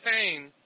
pain